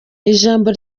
ijambo